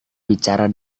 bicara